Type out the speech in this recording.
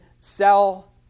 sell